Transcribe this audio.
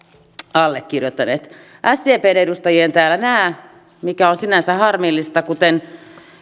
allekirjoittaneet sdpn edustajia en täällä näe mikä on sinänsä harmillista kuten